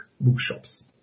bookshops